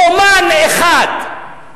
אמן אחד,